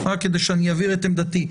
רק כדי שאני אבהיר את עמדתי.